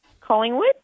Collingwood